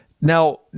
Now